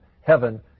heaven